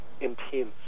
intense